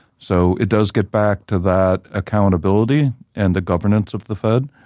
so it does get back to that accountability and the governance of the fed,